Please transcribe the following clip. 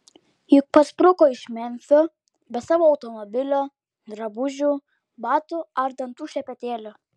juk paspruko iš memfio be savo automobilio drabužių batų ar dantų šepetėlio